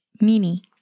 Mini